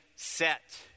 Set